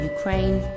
Ukraine